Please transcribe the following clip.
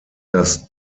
das